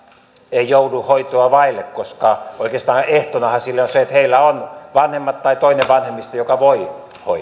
ei joudu hoitoa vaille koska oikeastaan ehtonahan sille on se että heillä on vanhemmat tai toinen vanhemmista joka voi